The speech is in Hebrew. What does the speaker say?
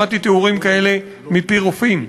שמעתי תיאורים כאלה מפי רופאים,